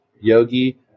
yogi